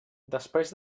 després